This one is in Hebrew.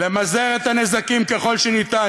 למזער את הנזקים ככל שניתן,